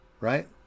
right